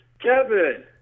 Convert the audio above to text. Kevin